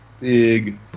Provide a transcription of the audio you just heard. big